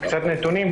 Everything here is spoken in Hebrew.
קצת נתונים,